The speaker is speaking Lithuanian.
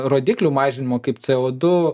rodiklių mažinimo kaip co du